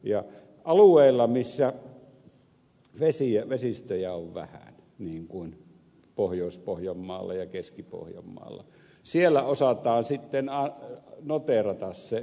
ja alueella missä vesistöjä on vähän niin kuin pohjois pohjanmaalla ja keski pohjanmaalla osataan sitten noteerata se alueen menetys